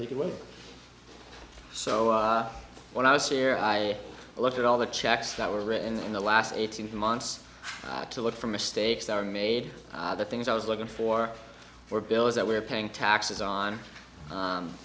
takeaway so when i was here i looked at all the checks that were written in the last eighteen months to look for mistakes are made the things i was looking for for bill is that we're paying taxes on